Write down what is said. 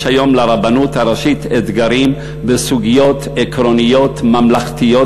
לרבנות הראשית יש היום אתגרים להתמודד בסוגיות עקרוניות ממלכתיות,